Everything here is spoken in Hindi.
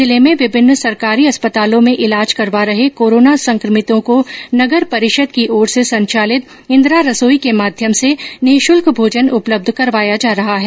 जिले में विभिन्न सरकारी अस्पतालों में ईलाज करवा रहे कोरोना संकभितों को नगर परिषद की ओर से संचालित इंदिरा रसोई के माध्यम से निःशुल्क भोजन उपलब्ध करवाया जा रहा है